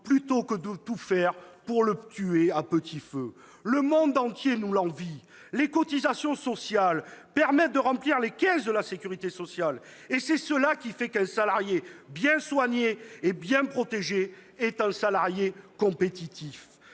plutôt que tout faire pour le tuer à petit feu. Le monde entier nous l'envie ! Les cotisations sociales permettent de remplir les caisses de la sécurité sociale, et nous savons bien qu'un salarié bien soigné et bénéficiant d'une protection sociale est un salarié compétitif.